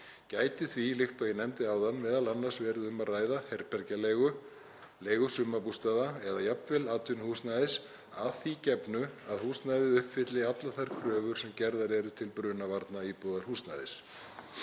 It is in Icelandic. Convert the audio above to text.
Gæti því, líkt og ég nefndi áðan, m.a. verið um að ræða herbergjaleigu, leigu sumarbústaða eða jafnvel atvinnuhúsnæðis að því gefnu að húsnæðið uppfylli allar þær kröfur sem gerðar eru til brunavarna íbúðarhúsnæðis.